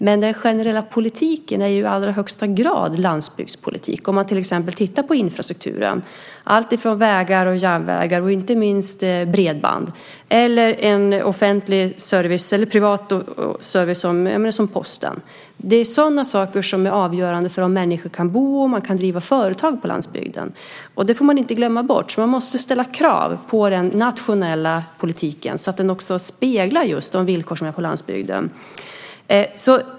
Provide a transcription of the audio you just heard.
Men den generella politiken är i allra högsta grad landsbygdspolitik sett till exempel till infrastrukturen - allt från vägar och järnvägar och inte minst bredband - eller privat eller offentlig service som Posten. Det är sådana saker som är avgörande för om människor kan bo och för om man kan driva företag på landsbygden. Det får man inte glömma bort. Man måste ställa krav på den nationella politiken så att den också speglar just de villkor som finns på landsbygden.